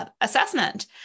assessment